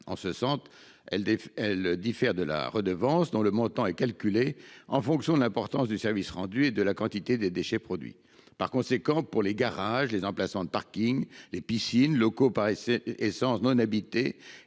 En ce sens, elle diffère de la Reom, dont le montant est calculé en fonction de l'importance du service rendu et de la quantité de déchets produite. Par conséquent, pour les garages, les emplacements de parking et les piscines, locaux par essence non habités